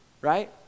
right